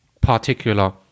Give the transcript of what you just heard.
particular